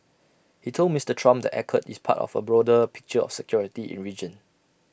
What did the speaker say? he told Mister Trump the accord is part of A broader picture of security in region